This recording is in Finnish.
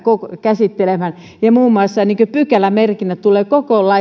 käsittelemään ja muun muassa pykälämerkinnät tulevat koko